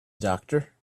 doctor